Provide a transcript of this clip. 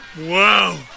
Wow